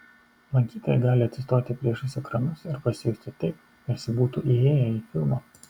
lankytojai gali atsistoti priešais ekranus ir pasijusti taip tarsi būtų įėję į filmą